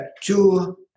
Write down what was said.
two